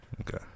Okay